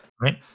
Right